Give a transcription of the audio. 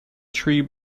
tree